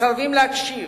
מסרבים להקשיב,